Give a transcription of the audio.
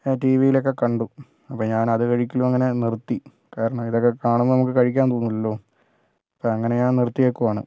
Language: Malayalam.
ആ ടീവിയിലൊക്കെ കണ്ടു അപ്പോൾ ഞാൻ അത് കഴിക്കലും അങ്ങനെ നിർത്തി കാരണം ഇതൊക്കെ കാണുമ്പോൾ നമുക്ക് കഴിക്കാൻ തോന്നുകയില്ലല്ലോ അപ്പോൾ അങ്ങനെ ഞാൻ നിർത്തിയേക്കുവാണ്